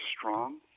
strong